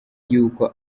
yuko